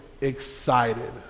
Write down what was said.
excited